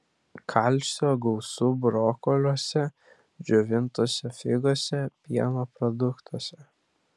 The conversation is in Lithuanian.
kalcio gausu brokoliuose džiovintose figose pieno produktuose